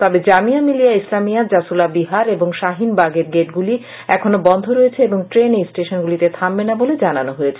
তবে জামিয়া মিলিয়া ইসলামিয়া জাসোলা বিহার এবং শাহীন বাগ এর গেটগুলি এখনো বন্ধ রয়েছে এবং ট্রেন এই স্টেশনগুলিতে থামবে না বলে জানানো হয়েছে